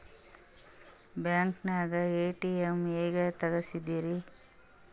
ಬ್ಯಾಂಕ್ದಾಗ ಎ.ಟಿ.ಎಂ ಹೆಂಗ್ ತಗಸದ್ರಿ?